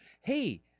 Hey